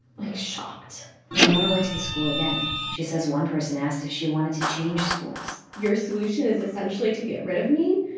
like, shocked maimona went to the school again. she says one person asked if she wanted to change schools your solution is essentially to get rid of me?